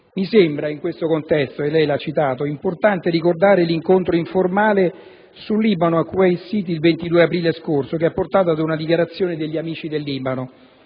Mi sembra in questo contesto - e lei lo ha citato - importante ricordare l'incontro informale sul Libano a Kuwait City il 20 aprile scorso che ha portato ad una dichiarazione degli "Amici del Libano".